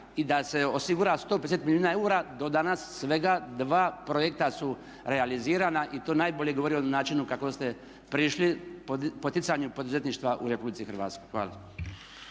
i da se osigura 150 milijuna eura do danas svega 2 projekta su realizirana i to najbolje govori o načinu kako ste prišli, poticanju poduzetništva u Republici Hrvatskoj. Hvala.